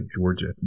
Georgia